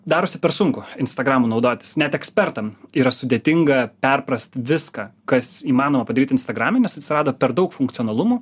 darosi per sunku instagramu naudotis net ekspertam yra sudėtinga perprast viską kas įmanoma padaryt instagrami atsirado per daug funkcionalumų